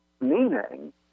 meaning